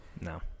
No